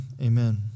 amen